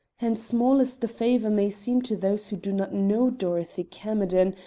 and small as the favor may seem to those who do not know dorothy camerden,